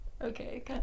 Okay